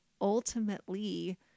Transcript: ultimately